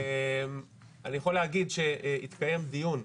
אני יכול להגיד שהתקיים דיון,